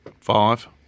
five